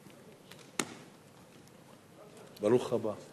ברוך הבא.